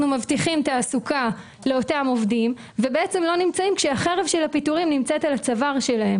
מבטיחים תעסוקה לאותם עובדים ולא נמצאים כשחרב הפיטורין נמצאת על צווארם.